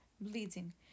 bleeding